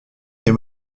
des